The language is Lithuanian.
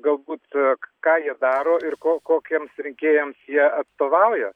galbūt ką jie daro ir ko kokiems rinkėjams jie atstovauja